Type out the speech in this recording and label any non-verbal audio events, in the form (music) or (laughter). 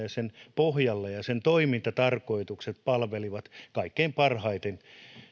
(unintelligible) ja sen pohjalle ja sen toimintatarkoitukset palvelivat kaikkein parhaiten